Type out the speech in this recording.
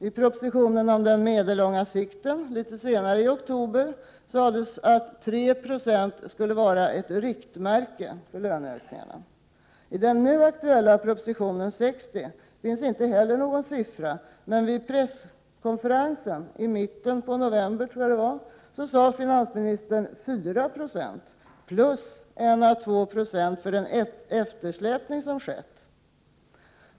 I propositionen om den meddellånga sikten litet senare i oktober sades att 3 70 skulle vara ett riktmärke för löneökningarna. I den nu aktuella propositionen, nr 60, finns inte heller någon siffra, men vid presskonferensen någon gång i mitten på november talade finansministern om 4 Yo plus 1 å 2 2 för den eftersläpning som skett.